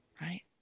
Right